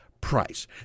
price